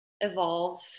evolve